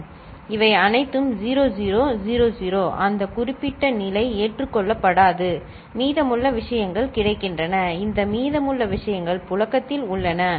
இவை அனைத்தும் 0 0 0 0 அந்த குறிப்பிட்ட நிலை ஏற்றுக்கொள்ளப்படாது சரி மீதமுள்ள விஷயங்கள் கிடைக்கின்றன இந்த மீதமுள்ள விஷயங்கள் புழக்கத்தில் உள்ளன சரி